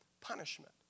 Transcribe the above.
punishment